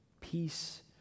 Peace